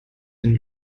den